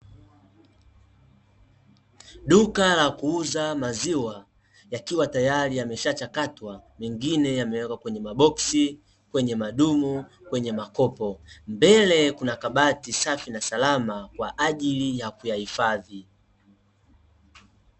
Duka la kuuza maziwa, yakiwa tayari yamesha chakatwa, mengine yamewekwa kwenye maboksi, kwenye madumu, kwenye makopo, mbele kuna kabati safi na salama kwaajili ya kuyahifadhi.